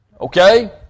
Okay